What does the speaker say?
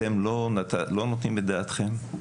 אתם לא נותנים את דעתכם לזה?